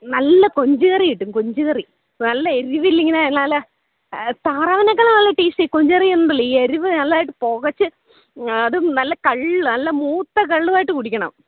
നല്ല കൊഞ്ചു കറി കിട്ടും കൊഞ്ചു കറി നല്ല എരിവിലിങ്ങനെ നല്ല താറാവിനേക്കാളും നല്ല ടേസ്റ്റ് കൊഞ്ചു കറി ഉണ്ടല്ലൊ ഈ എരിവ് നല്ലതായിട്ട് പുകച്ച് അതും നല്ല കള്ള് നല്ല മൂത്ത കള്ളുമായിട്ട് കുടിക്കണം